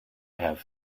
have